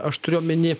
aš turiu omeny